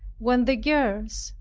when the girls,